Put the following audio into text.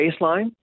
baseline